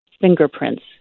fingerprints